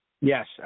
Yes